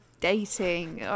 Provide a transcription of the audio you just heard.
dating